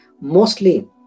mostly